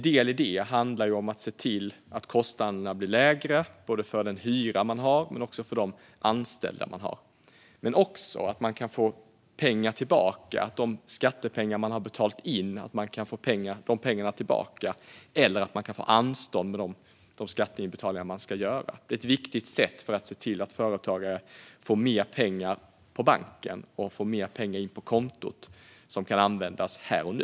Det handlar då om att se till att kostnaderna blir lägre för den hyra man har men också för de anställda man har, men också att man kan få pengar tillbaka, att man kan få tillbaka de skattepengar man har betalat in eller få anstånd med de skatteinbetalningar man ska göra. Det är ett viktigt sätt att se till att företagare får mer pengar på banken och mer pengar in på kontot som kan användas här och nu.